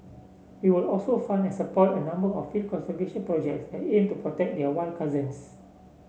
we will also fund and support a number of field conservation projects that aim to protect their wild cousins